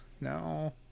no